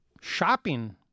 shopping